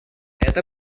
эта